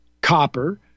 copper